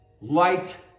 light